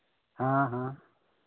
हाँ हाँ